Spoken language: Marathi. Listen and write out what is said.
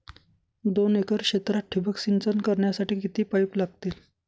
दोन एकर क्षेत्रात ठिबक सिंचन करण्यासाठी किती पाईप लागतील?